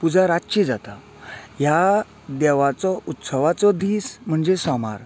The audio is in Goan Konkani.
पुजा रातची जाता ह्या देवाचो उत्सवाचो दिस म्हणजे सोमार